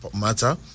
matter